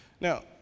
Now